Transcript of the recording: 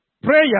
Prayer